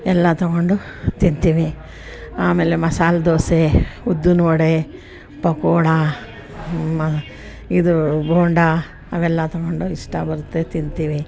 ಎಲ್ಲ ತೊಗೊಂಡು ತಿಂತೀವಿ ಆಮೇಲೆ ಮಸಾಲೆ ದೋಸೆ ಉದ್ದಿನ ವಡೆ ಪಕೋಡಾ ಮ ಇದು ಬೋಂಡಾ ಅವೆಲ್ಲ ತೊಗೊಂಡು ಇಷ್ಟ ತಿಂತೀವಿ